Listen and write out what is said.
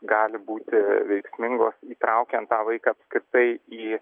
gali būti veiksmingos įtraukiant tą vaiką apskritai į